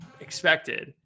expected